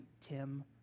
Tim